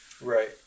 Right